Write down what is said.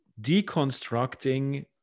deconstructing